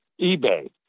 eBay